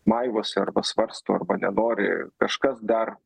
maivosi arba svarsto arba nenori kažkas dar